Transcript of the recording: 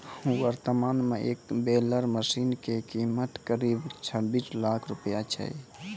वर्तमान मॅ एक बेलर मशीन के कीमत करीब छब्बीस लाख रूपया छै